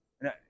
No